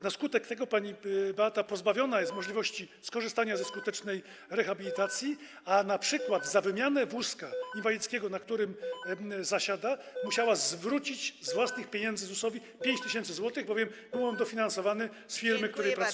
Na skutek tego pani Beata pozbawiona jest możliwości skorzystania ze skutecznej rehabilitacji, a np. za wymianę wózka inwalidzkiego, na którym zasiada, musiała zwrócić z własnych pieniędzy ZUS-owi 5 tys. zł, bowiem był on dofinansowany przez firmę, w której pracuje.